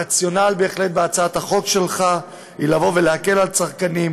הרציונל בהצעת החוק שלך הוא בהחלט להקל על צרכנים,